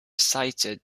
cited